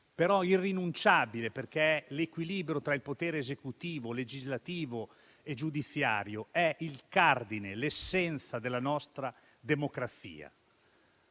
però irrinunciabile perché l'equilibrio tra il potere esecutivo, legislativo e giudiziario è il cardine, l'essenza della nostra democrazia.